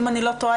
אם אני לא טועה,